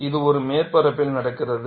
எனவே இது ஒரு மேற்பரப்பில் நடக்கிறது